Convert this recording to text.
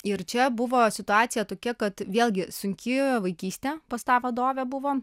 ir čia buvo situacija tokia kad vėlgi sunki vaikystė pas tą vadovę buvo